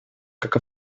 как